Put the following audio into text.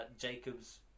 Jacob's